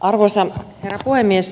arvoisa herra puhemies